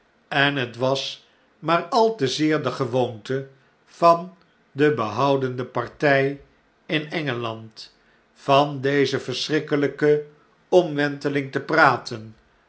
en het was maar al te zeer de gewoonte van de behoudende party in engeland van deze verschrikkeiyke omwenteling te praten